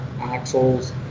axles